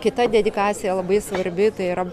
kita dedikacija labai svarbi tai yra